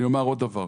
אני אומר עוד דבר.